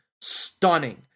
stunning